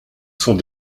sont